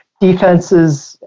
defenses